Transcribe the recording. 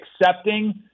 accepting